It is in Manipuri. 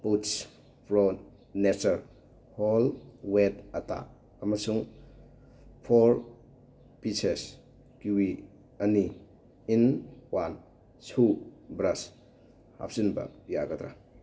pouch pro nature whole wheat atta ꯑꯃꯁꯨꯡ ꯐꯣꯔ ꯄꯤꯁꯦꯁ ꯀꯤꯋꯤ ꯑꯅꯤ ꯏꯟ ꯋꯥꯟ ꯁꯨ ꯕ꯭ꯔꯁ ꯍꯥꯞꯆꯤꯟꯕ ꯌꯥꯒꯗ꯭ꯔꯥ